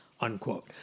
Unquote